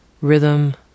rhythm